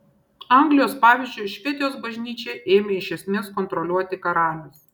anglijos pavyzdžiu švedijos bažnyčią ėmė iš esmės kontroliuoti karalius